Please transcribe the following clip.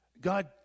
God